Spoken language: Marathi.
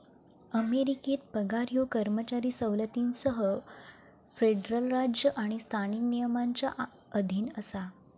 अमेरिकेत पगार ह्यो कर्मचारी सवलतींसह फेडरल राज्य आणि स्थानिक नियमांच्या अधीन असा